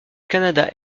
canada